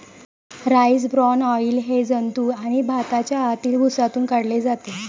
rice bran oil हे जंतू आणि भाताच्या आतील भुसातून काढले जाते